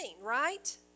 Right